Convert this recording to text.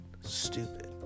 stupid